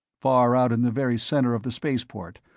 far out in the very center of the spaceport,